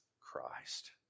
Christ